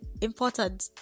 Important